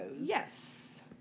Yes